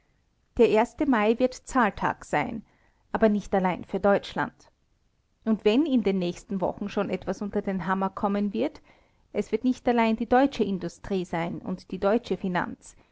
der erste mai wird zahltag sein aber nicht allein für deutschland und wenn in den nächsten wochen schon etwas unter den hammer kommen wird es wird nicht allein die deutsche industrie sein und die deutsche finanz